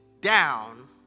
down